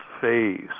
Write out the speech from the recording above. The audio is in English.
phase